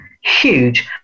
huge